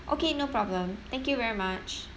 okay no problem thank you very much